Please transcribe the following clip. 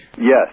Yes